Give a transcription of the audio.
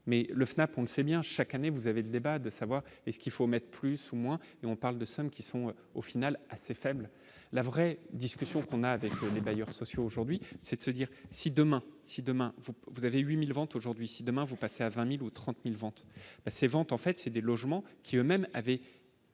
mais le FNAP, on le sait bien, chaque année, vous avez le débat de savoir est ce qu'il faut mettre plus ou moins et on parle de 5 qui sont au final assez faible, la vraie discussion qu'on a avec les bailleurs sociaux aujourd'hui, c'est de se dire : si demain, si demain vous avez 8000 ventes aujourd'hui si demain vous passez à 20000 ou 30000 ventes passées vente en fait c'est des logements qui eux-mêmes avaient